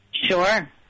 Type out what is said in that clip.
Sure